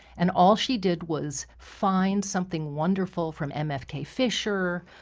and all she did was find something wonderful from m f k. fisher,